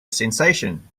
sensation